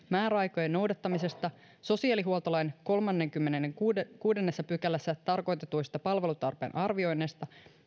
määräaikojen noudattamisesta sosiaalihuoltolain kolmannessakymmenennessäkuudennessa pykälässä tarkoitetuista palvelutarpeen arvioinneista